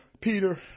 Peter